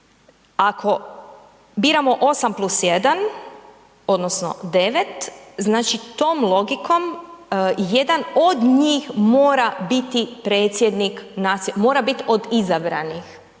ako biramo 8 plus 1 odnosno 9, znači tom logikom jedan od njih mora biti predsjednik, mora bit od izabranih,